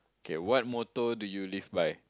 okay what motto do you live by